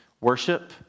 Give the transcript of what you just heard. worship